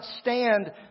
stand